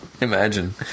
Imagine